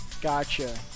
Gotcha